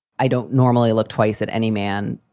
i don't normally look twice at any man.